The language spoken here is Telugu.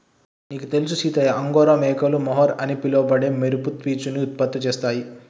నీకు తెలుసు సీతయ్య అంగోరా మేకలు మొహర్ అని పిలవబడే మెరుపు పీచును ఉత్పత్తి చేస్తాయి